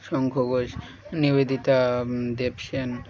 Shankha Ghosh Nivedita Dev Sen